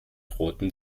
roten